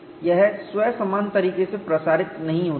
यह स्वसमान तरीके से प्रसारित नहीं होता है